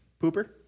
pooper